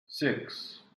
six